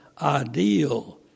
ideal